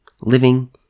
living